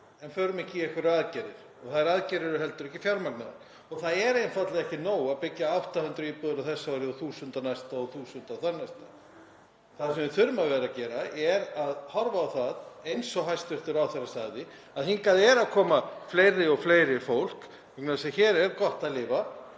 en förum ekki í aðgerðir og þær aðgerðir eru heldur ekki fjármagnaðar. Það er einfaldlega ekki nóg að byggja 800 íbúðir á þessu ári og 1.000 næsta ári og 1.000 á þarnæsta. Það sem við þurfum að gera er að horfa á það, eins og hæstv. ráðherra sagði, að hingað er að koma fleira og fleira fólk vegna þess að hér er gott að lifa.